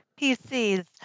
PCs